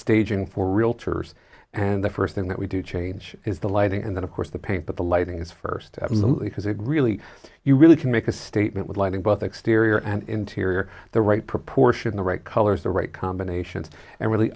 staging for realtors and the first thing that we do change is the lighting and then of course the paint but the lighting is first because it really you really can make a statement with lighting both exterior and interior the right proportion the right colors the right combinations and